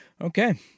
Okay